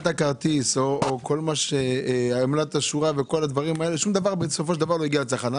כרטיס או עמלת שורה שום דבר לא הגיע לצרכן.